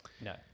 no